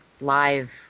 live